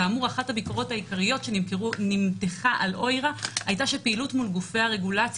כאמור אחת הביקורות העיקריות שנמתחה על OIRA היתה שפעילות מול גופי הרגולציה